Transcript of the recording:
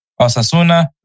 Osasuna